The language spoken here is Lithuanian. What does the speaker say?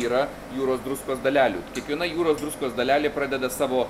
yra jūros druskos dalelių kiekviena jūros druskos dalelė pradeda savo